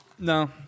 No